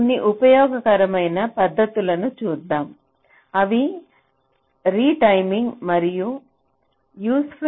కొన్ని ఉపయోగకరమైన పద్ధతులను చూద్దాం అవి రిటైమింగ్ మరియు యూస్ఫుల్ క్లాక్ స్క్యు